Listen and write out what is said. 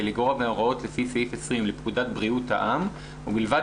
לגרוע מהוראות לפי סעיף 20 לפקודת בריאות העם ובלבד